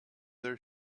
their